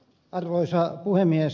arvoisa puhemies